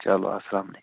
چلو اسلام علیکُم